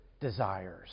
desires